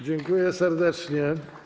Dziękuję serdecznie.